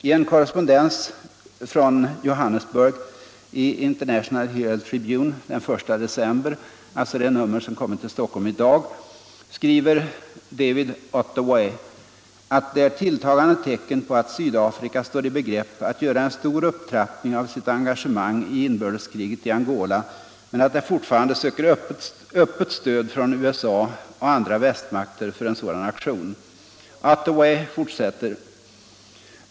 I en korrespondens från Johannesburg i International Herald Tribune den 1 december, alltså det nummer som kommit till Stockholm i dag, skriver David Ottaway att ”det är tilltagande tecken på att Sydafrika står i begrepp att göra en stor upptrappning av sitt engagemang i inbördeskriget i Angola, men att det fortfarande söker öppet stöd från USA och andra västmakter för en sådan aktion”.